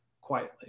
quietly